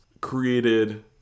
created